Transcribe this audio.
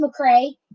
McCray